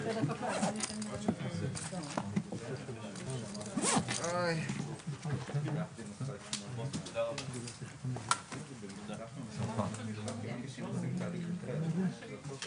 16:05.